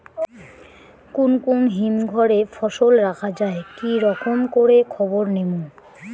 কুন কুন হিমঘর এ ফসল রাখা যায় কি রকম করে খবর নিমু?